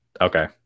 okay